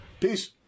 Peace